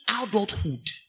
adulthood